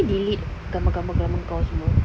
kau delete gambar-gambar lama kau semua